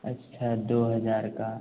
अच्छा दो हज़ार का